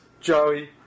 Joey